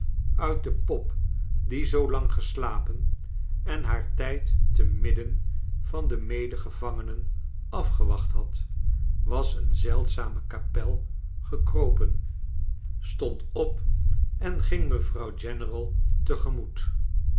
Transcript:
uit de pop die zoo lang geslapen en haar tijd te midden van de medegevangenen afgewacht had was een zeldzame kapel gekropen stond op en ging mevrouw general tegemoet